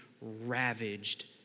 ravaged